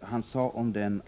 Han sade